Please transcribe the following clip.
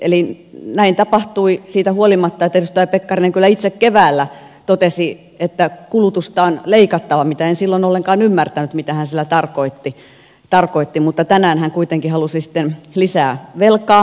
eli näin tapahtui siitä huolimatta että edustaja pekkarinen kyllä itse keväällä totesi että kulutusta on leikattava mitä en silloin ollenkaan ymmärtänyt mitä hän sillä tarkoitti mutta tänään hän kuitenkin halusi sitten lisää velkaa